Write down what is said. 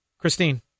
Christine